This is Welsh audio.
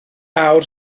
awr